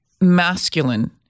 masculine